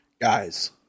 guys